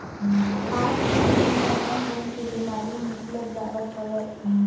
आज के समे म रंग रंग के बेमारी निकलत जावत हवय